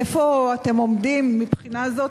איפה אתם עומדים מבחינה זו?